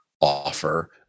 offer